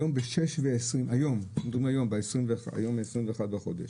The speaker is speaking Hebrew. היום ב-21 לחודש,